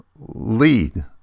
lead